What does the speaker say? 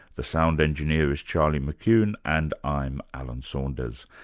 the sound engineer is charlie mckune, and i'm alan saunders.